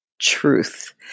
truth